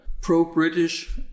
pro-British